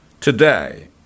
today